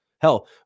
Hell